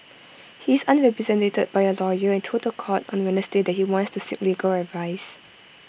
he is unrepresented by A lawyer and told The Court on Wednesday that he wants to seek legal advice